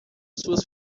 suas